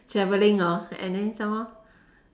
travelling hor and then some more